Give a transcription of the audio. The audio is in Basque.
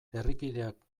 herrikideak